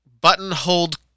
button-hold